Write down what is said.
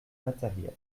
matérielle